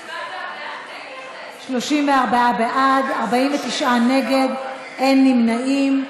34 בעד, 49 נגד, אין נמנעים.